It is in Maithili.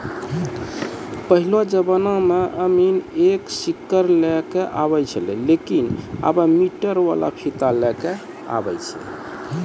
पहेलो जमाना मॅ अमीन एक सीकड़ लै क आबै छेलै लेकिन आबॅ मीटर वाला फीता लै कॅ आबै छै